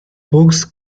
hooks